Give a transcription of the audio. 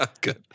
Good